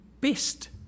best